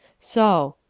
so!